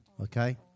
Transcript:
Okay